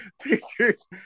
pictures